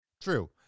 True